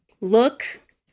Look